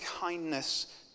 kindness